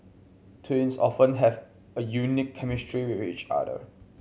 twins often have a unique chemistry with each other